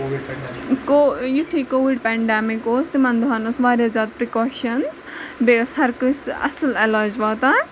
کو یِتھُے Covid pandemic اوس تِمَن دۄہَن ٲس واریاہ زیادٕ پِرٛکاشنٕز بیٚیہِ ٲس ہَرکٲنٛسہِ اَصٕل علاج واتان